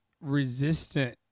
resistant